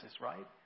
right